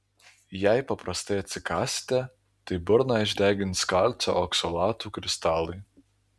jei paprastai atsikąsite tai burną išdegins kalcio oksalatų kristalai